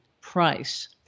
price